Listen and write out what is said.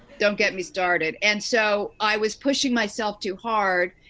don't get me started. and so, i was pushing myself too hard.